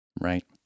Right